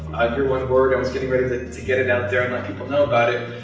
your one word, i was getting ready to get it out there, and let people know about it.